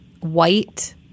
white